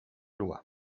loi